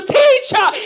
teacher